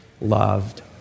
loved